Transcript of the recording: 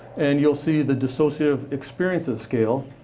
and you'll see the dissociative experiences scale,